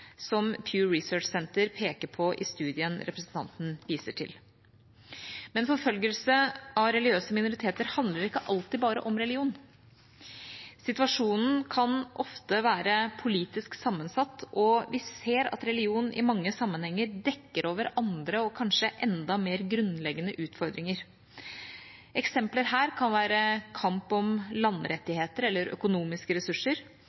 som Pew Research Center peker på i studien representanten viser til. Men forfølgelse av religiøse minoriteter handler ikke alltid bare om religion. Situasjonen kan ofte være politisk sammensatt, og vi ser at religion i mange sammenhenger dekker over andre og kanskje enda mer grunnleggende utfordringer. Eksempler her kan være kamp om landrettigheter eller økonomiske ressurser.